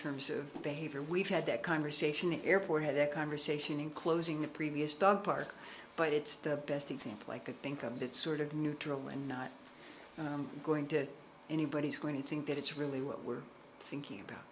terms of behavior we've had that conversation the airport had a conversation in closing the previous dog park but it's the best example i could think of that sort of neutral and not going to anybody's going to think that it's really what we're thinking about